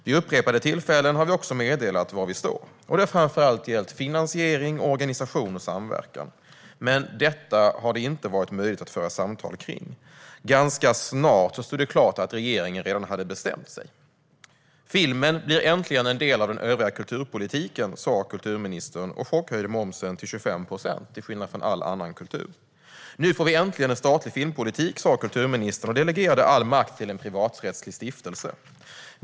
Vid upprepade tillfällen har vi också meddelat var vi står. Det har framför allt gällt finansiering, organisation och samverkan. Men detta har det inte varit möjligt att föra samtal om. Det stod ganska snart klart att regeringen redan hade bestämt sig. Filmen blir äntligen en del av den övriga kulturpolitiken, sa kulturministern och chockhöjde momsen till 25 procent, till skillnad från all annan kultur. Nu får vi äntligen en statlig filmpolitik, sa kulturministern och delegerade all makt till en privaträttslig stiftelse.